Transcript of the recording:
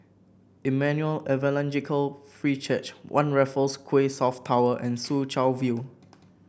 Emmanuel Evangelical Free Church One Raffles Quay South Tower and Soo Chow View